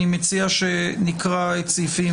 אני מציע שנקרא את סעיפים